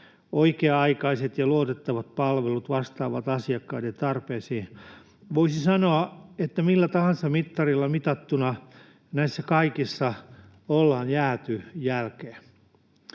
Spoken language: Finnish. oikea-aikaiset ja luotettavat palvelut vastaavat asiakkaiden tarpeisiin. Voisi sanoa, että millä tahansa mittarilla mitattuna näissä kaikissa ollaan jääty jälkeen.